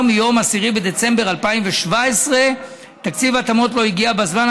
מיום 10 בדצמבר 2017. תקציב ההתאמות לא הגיע בזמן,